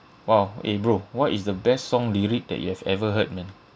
!wow! eh bro what is the best song lyric that you have ever heard man